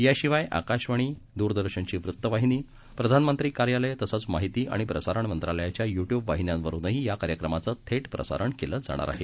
याशिवायआकाशवाणी दूरदर्शनचीवृत्तवाहिनी प्रधानमंत्र्यांकार्यालय तसंचमाहितीआणिप्रसारणमंत्रालयाच्यायु ्विबवाहिन्यांवरूनहीयाकार्यक्रमाचंथे विसारणकेलंजाणारआहे